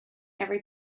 every